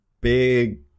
big